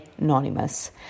anonymous